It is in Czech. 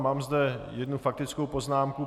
Mám zde jednu faktickou poznámku.